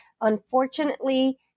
unfortunately